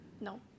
No